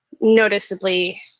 noticeably